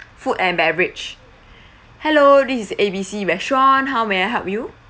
food and beverage hello this is A_B_C restaurant how may I help you